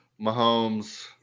Mahomes